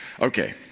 Okay